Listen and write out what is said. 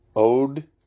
Ode